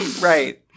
right